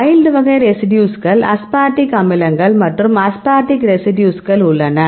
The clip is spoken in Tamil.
வைல்ட் வகை ரெசிடியூஸ்கள் அஸ்பார்டிக் அமிலங்கள் மற்றும் அஸ்பார்டிக் ரெசிடியூங்கள் உள்ளன